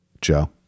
Joe